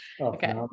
Okay